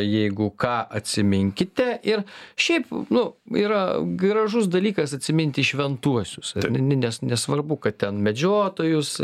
jeigu ką atsiminkite ir šiaip nu yra gražus dalykas atsiminti šventuosius ne nes nesvarbu kad ten medžiotojus